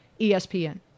ESPN